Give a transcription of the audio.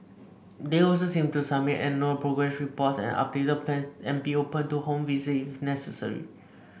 they also same to submit annual progress reports and updated plans and be open to home visits if necessary